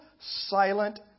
silent